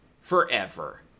forever